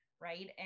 right